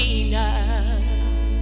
enough